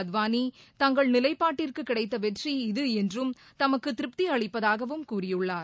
அத்வானி தங்கள் நிலைப்பாட்டிற்கு கிடைத்த வெற்றி இது என்றும் தமக்கு திருப்தி அளிப்பதாகவும் கூறியுள்ளார்